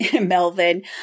Melvin